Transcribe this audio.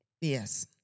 Yes